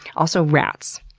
also rats.